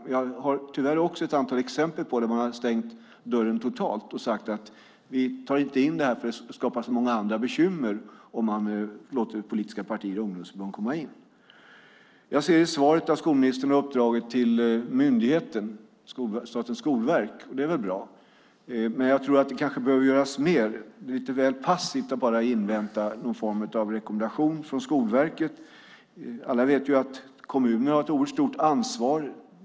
Men jag har tyvärr också ett antal exempel på att man har stängt dörren totalt och sagt att man inte tar in dem, då det skapar många andra bekymmer om man låter politiska partier och ungdomsförbund komma in. Jag ser i svaret att skolministern har givit ett uppdrag till myndigheten Statens skolverk. Det är väl bra. Men jag tror att det kanske behöver göras mer. Det är lite väl passivt att bara invänta någon form av rekommendation från Skolverket. Alla vet att kommunerna har ett oerhört stort ansvar.